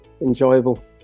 enjoyable